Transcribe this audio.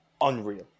unreal